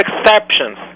exceptions